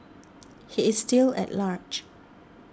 he is still at large